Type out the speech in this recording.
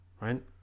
right